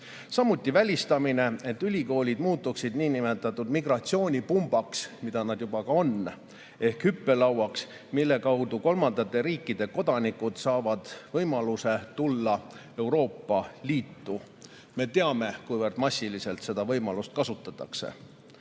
samuti välistada, et ülikoolid muutuksid niinimetatud migratsioonipumbaks, mida nad [osaliselt] juba on, ehk hüppelauaks, mille kaudu kolmandate riikide kodanikud saavad võimaluse tulla Euroopa Liitu. Me teame, kuivõrd massiliselt seda võimalust kasutatakse.